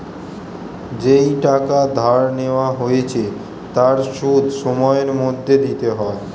যেই টাকা ধার নেওয়া হয়েছে তার সুদ সময়ের মধ্যে দিতে হয়